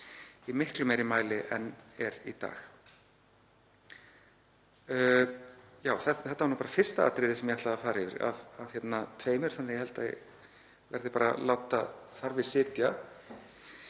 í miklu meiri mæli en er í dag. Þetta var nú bara fyrsta atriðið sem ég ætlaði að fara yfir af tveimur þannig að ég held að ég verði að láta þar við sitja.